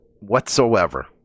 whatsoever